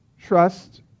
trust